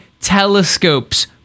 telescopes